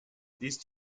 these